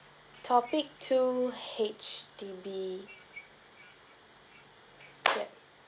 topic two H_D_B